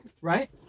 right